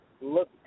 look